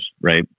right